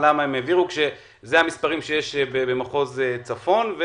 כשאלה המספרים שיש במחוז צפון,